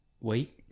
Wait